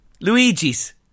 Luigi's